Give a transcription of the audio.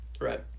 right